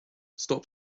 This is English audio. stop